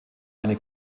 eine